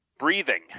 breathing